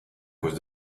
cause